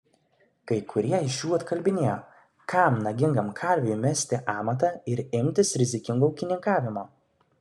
kai kurie iš jų atkalbinėjo kam nagingam kalviui mesti amatą ir imtis rizikingo ūkininkavimo